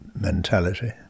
mentality